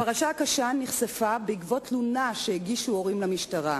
הפרשה הקשה נחשפה בעקבות תלונה שהגישו ההורים למשטרה.